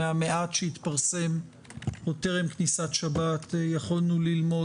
מהמעט שהתפרסם עוד טרם כניסת השבת יכולנו ללמוד